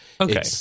Okay